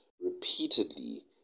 repeatedly